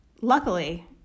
luckily